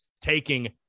taking